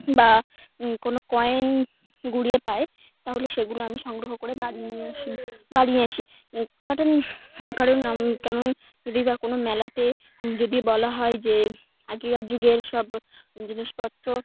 বা কোনো কয়েন কুড়িয়ে পায় তাহলে সেগুলো আমি সংগ্রহ করে বাড়িয়ে আসি বাড়িয়ে আসি কারণ কারণ কারণ যদি বা কোনো মেলাতে যদি বলা হয় যে আগেকার যুগের সব জিনিসপত্র